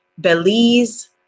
belize